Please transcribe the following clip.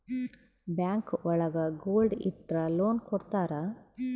bank ಒಳಗ gold ಇಟ್ರ loan ಕೊಡ್ತಾರ